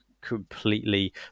completely